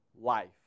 life